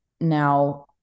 Now